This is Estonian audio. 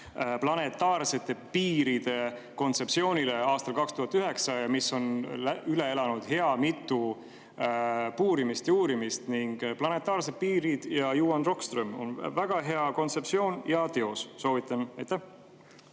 planetaarsete piiride kontseptsioonile, mis on üle elanud hea mitu puurimist ja uurimist. Planetaarsed piirid ja Johan Rockström on väga hea kontseptsioon ja väga hea